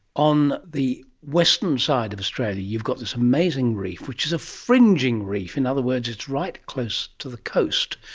on the western side of australia you've got this amazing reef, which is a fringing reef, in other words it's right close to the coast,